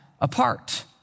apart